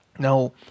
Now